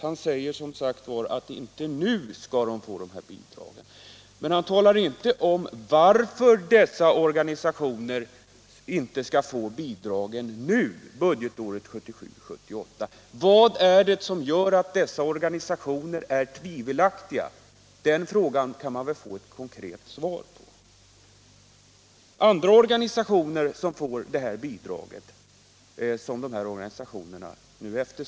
Han säger att dessa organisationer inte skall få de här bidragen nu, budgetåret 1977/78, men han talar inte om varför. Vad är det då som gör dessa organisationer tvivelaktiga? Den frågan kan man väl få ett konkret svar på. Andra organisationer får ju dessa bidrag som elevorganisationerna nu kräver.